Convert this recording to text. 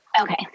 Okay